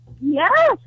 Yes